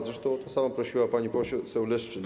Zresztą o to samo prosiła pani poseł Leszczyna.